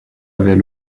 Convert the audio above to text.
avait